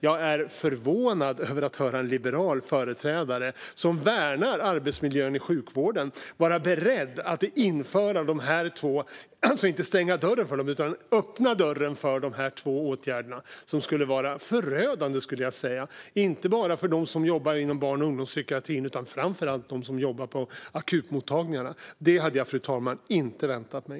Jag är förvånad över att höra en liberal företrädare, som värnar arbetsmiljön i sjukvården, vara beredd att öppna dörren för dessa två åtgärder, som skulle vara förödande inte bara för dem som jobbar inom barn och ungdomspsykiatrin utan framför allt för dem som jobbar på akutmottagningarna. Det hade jag, fru talman, inte väntat mig.